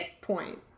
point